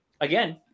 again